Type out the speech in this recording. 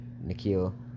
Nikhil